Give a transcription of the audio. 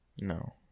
No